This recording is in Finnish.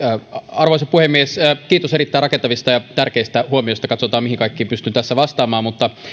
arvoisa puhemies kiitos erittäin rakentavista ja tärkeistä huomioista katsotaan mihin kaikkiin pystyn tässä vastaamaan